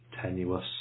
tenuous